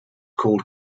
called